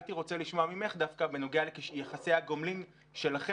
הייתי רוצה לשמוע ממך דווקא בנוגע ליחסי הגומלין שלכן,